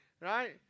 right